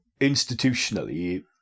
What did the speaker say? institutionally